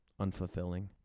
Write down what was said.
unfulfilling